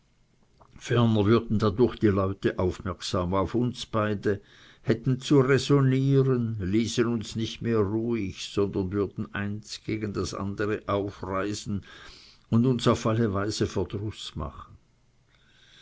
ferner würden dadurch die leute aufmerksam auf uns beide hätten zu räsonnieren ließen uns nicht mehr ruhig sondern würden eins gegen das andere aufreisen und uns auf alle weise